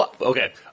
okay